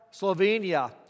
Slovenia